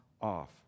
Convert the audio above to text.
off